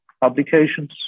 publications